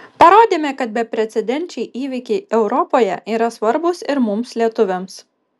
parodėme kad beprecedenčiai įvykiai europoje yra svarbūs ir mums lietuviams